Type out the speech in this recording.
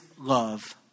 love